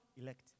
elect